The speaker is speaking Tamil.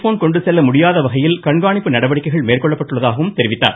போன் கொண்டு செல்ல முடியாதவகையில் கண்காணிப்பு நடவடிக்கைகள் மேற்கொள்ளப்பட்டுள்ளதாகவும் தெரிவித்தார்